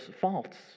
faults